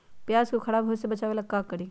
प्याज को खराब होय से बचाव ला का करी?